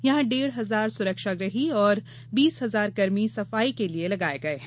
यहां डेढ़ हजार सुरक्षा गृही और बीस हजार कर्मी सफाई के लिए लगाए गए हैं